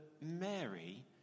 Mary